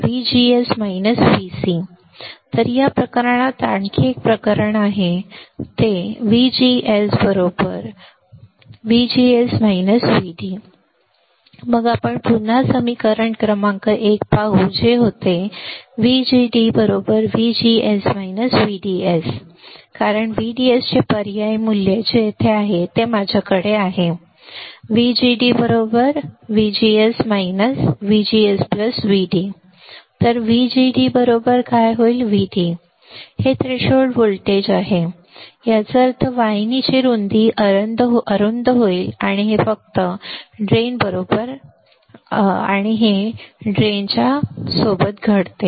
आता या प्रकरणात हे आणखी एक प्रकरण आहे जर VGS VGS VD मग आपल्याकडे हे सूत्र पुन्हा समीकरण क्रमांक एक आहे जे होते VGDVGS VDS कारण व्हीडीएसचे पर्यायी मूल्य जे येथे आहे मग माझ्याकडे आहे VGD VGS VGS VD तर VGD VD आणि हे थ्रेशोल्ड व्होल्टेजवर काहीच नाही याचा अर्थ वाहिनीची रुंदी अरुंद होईल आणि हे फक्त नाल्याच्या बरोबर घडते